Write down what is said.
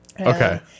okay